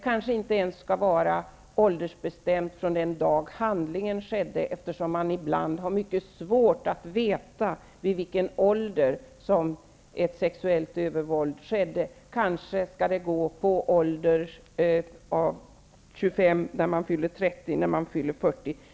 Preskriptionstiden skall kanske inte räknas från den dag handlingen skedde, eftersom det ibland är mycket svårt att veta vid vilken ålder barnet utsattes för sexuellt övervåld. Kanske skall preskriptionstidens utgång i stället anknytas till åldern -- när offret fyller 25, 30 eller 40.